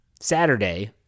Saturday